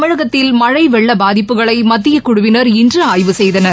தமிழகத்தில் மழை வெள்ள பாதிப்புகளை மத்தியக் குழுவினர் இன்று ஆய்வு செய்தனர்